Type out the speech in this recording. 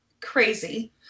crazy